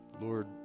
Lord